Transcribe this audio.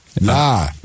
Nah